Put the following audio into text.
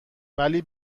ولی